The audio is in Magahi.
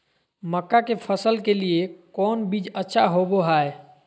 मक्का के फसल के लिए कौन बीज अच्छा होबो हाय?